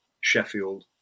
Sheffield